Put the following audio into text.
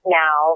now